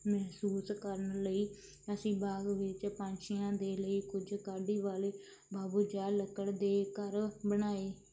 ਮਹਿਸੂਸ ਕਰਨ ਲਈ ਅਸੀਂ ਬਾਗ ਵਿੱਚ ਪੰਛੀਆਂ ਦੇ ਲਈ ਕੁਝ ਕਾਢੀ ਵਾਲੇ ਬਾਬੂ ਜਾਂ ਲੱਕੜ ਦੇ ਘਰ ਬਣਾਏ